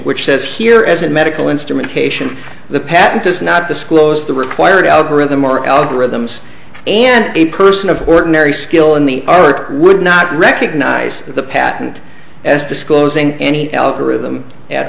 which says here as in medical instrumentation the patent does not disclose the required algorithm or algorithms and a person of ordinary skill in the art would not recognize the patent as disclosing any algorithm at